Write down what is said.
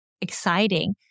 exciting